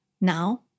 Now